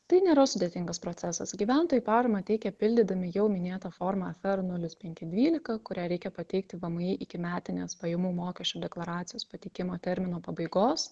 tai nėra sudėtingas procesas gyventojai paramą teikia pildydami jau minėtą formą fr nulis penki dvylika kurią reikia pateikti vmi iki metinės pajamų mokesčio deklaracijos pateikimo termino pabaigos